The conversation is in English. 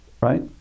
Right